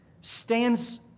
stands